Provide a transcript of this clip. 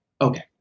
Okay